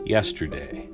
Yesterday